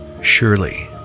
surely